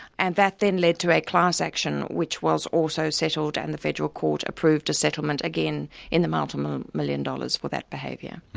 and that then led to a class action which was also settled and the federal court approved a settlement, again in the multi-million dollars, for that behaviour.